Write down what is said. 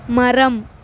மரம்